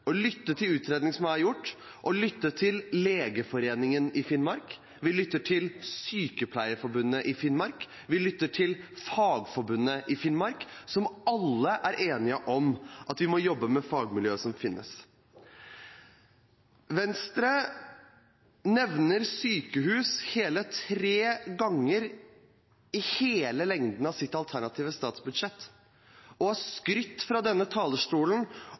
å lytte til fagfolkene og til utredningene som er gjort. Vi lytter til Legeforeningen i Finnmark, vi lytter til Sykepleierforbundet i Finnmark, og vi lytter til Fagforbundet i Finnmark, som alle er enige om at man må jobbe med fagmiljøet som finnes. Venstre nevner sykehus hele tre ganger i hele lengden av sitt alternative statsbudsjett, de har skrytt fra denne talerstolen